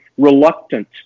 Reluctant